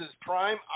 prime